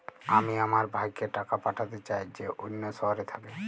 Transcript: আমি আমার ভাইকে টাকা পাঠাতে চাই যে অন্য শহরে থাকে